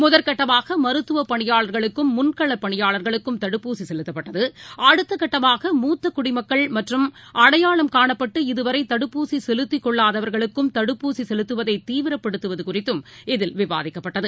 முதற்கட்டமாகமருத்துவபணியாளர்களுக்கும் முன்களப் பணியாளர்களுக்கும் தடுப்பூசிசெலுத்தப்பட்டது அடுத்தகட்டமாக மூத்தகுடிமக்கள் மற்றும் அடையாளம் காணப்பட்டு இதுவரைதடுப்பூசிசெலுத்திக் கொள்ளாதவர்களுக்கும் தடுப்பூசிசெலுத்துவதைதீவிரப்படுத்துவதுகுறித்தும் இதில் விவாதிக்கப்பட்டது